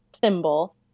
thimble